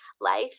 life